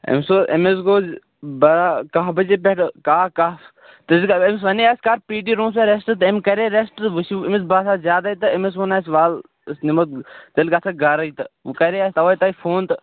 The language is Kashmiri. أمِس اوس أمِس گوٚو برابر کاہ بَجے پیٚٹھ کاہ کاہ تمہِ گرِ أمِس ونیٚے اسہِ کَر پی ٹی روٗمَس منٛز ریٚسٹ تمٔۍ کَرے ریٚسٹ وُچھِو أمِس باسان زیادَے تہٕ أمِس وۆن اَسہِ وَلہٕ أسۍ نِمہوتھ تیٚلہِ گژھکھ گرَے تہٕ کرے اَسہِ تَوَے تۄہہِ فون تہٕ